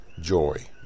joy